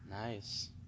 Nice